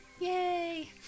Yay